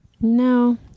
No